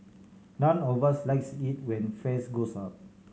none of us likes it when fares go up